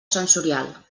sensorial